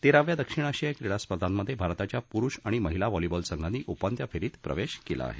तेराव्या दक्षिण आशियाई क्रीडा स्पर्धामधे भारताच्या पुरुष आणि महिला व्हॉलीबॉल संघांनी उपांत्य फेरीत प्रवेश केला आहे